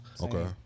Okay